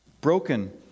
broken